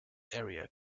area